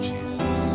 Jesus